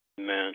Amen